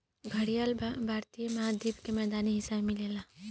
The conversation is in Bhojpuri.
घड़ियाल भारतीय महाद्वीप के मैदानी हिस्सा में मिलेला